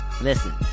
Listen